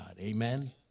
Amen